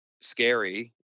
scary